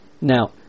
Now